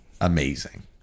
amazing